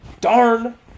darn